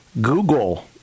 Google